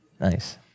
Nice